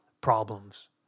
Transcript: problems